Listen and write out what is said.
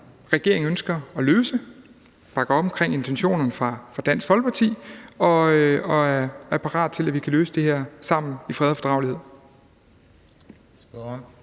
regeringen ønsker at løse. Vi bakker op om intentionerne fra Dansk Folkeparti og er parate til, at vi kan løse det her sammen i fred og fordragelighed.